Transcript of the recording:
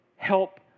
help